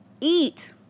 Eat